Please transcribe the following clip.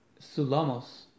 Sulamos